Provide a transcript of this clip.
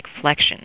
flexion